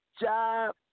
job